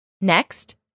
Next